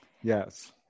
Yes